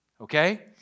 okay